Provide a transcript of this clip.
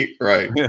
Right